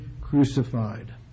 crucified